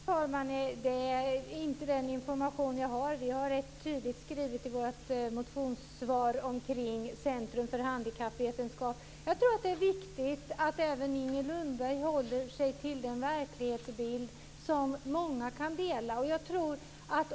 Fru talman! Det är inte den information som jag har. Vi har det hela tydligt skrivet i vårt motionssvar omkring Centrum för handikappvetenskap. Jag tror att det är viktigt att även Inger Lundberg håller sig till den verklighetsbild som många kan dela.